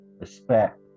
respect